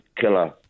killer